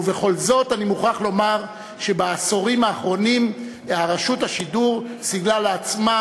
ובכל זאת אני מוכרח לומר שבעשורים האחרונים רשות השידור סיגלה לעצמה,